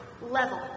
Level